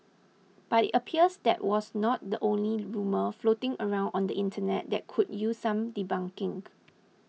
but it appears that was not the only rumour floating around on the Internet that could use some debunking